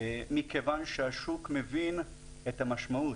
מכיוון שהשוק מבין את המשמעות.